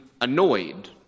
annoyed